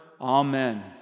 Amen